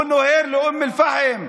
הוא נוהר לאום אל-פחם,